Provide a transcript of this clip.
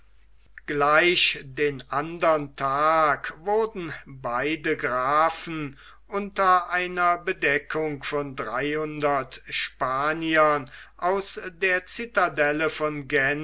gleich den andern tag wurden beide grafen unter einer bedeckung von dreitausend spaniern aus der cidatelle von